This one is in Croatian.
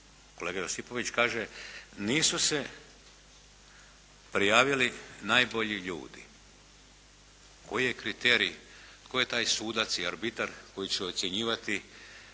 kolega Josipović kaže nisu se prijavili najbolji ljudi. Koji je kriterij, koji je taj sudac i arbitar koji će ocjenjivati